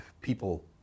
people